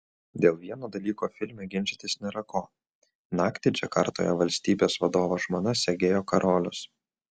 dėl vieno dalyko filme ginčytis nėra ko naktį džakartoje valstybės vadovo žmona segėjo karolius